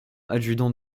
adjudant